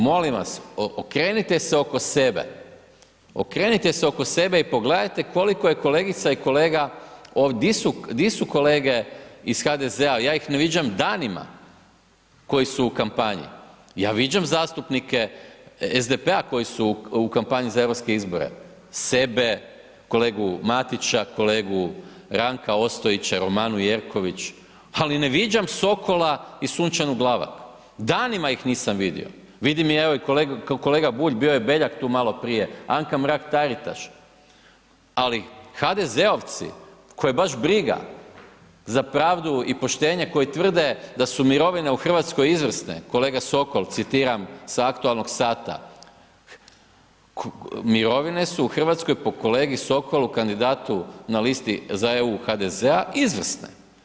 Molim vas, okrenite se oko sebe, okrenite se oko sebe i pogledajte koliko je kolegica i kolega, di su kolege iz HDZ-a, ja ih ne viđam danima koji su u kampanji, ja viđam zastupnike SDP-a koji su u kampanji za europske izbore, sebe, kolegu Matića, kolegu Ranka Ostojića, Romanu Jerković, ali ne viđam Sokola i Sunčanu Glavak, danima ih nisam vidio, vidim i evo i kolega Bulj, bio je Beljak tu maloprije, Anka Mrak Taritaš, ali HDZ-ovci koje baš briga za pravdu i poštenje koji tvrde da su mirovine u RH izvrsne, kolega Sokol citiram sa aktualnog sata, mirovine su u RH po kolegi Sokolu, kandidatu na listi za EU HDZ-a izvrsne.